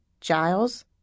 Giles